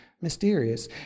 Mysterious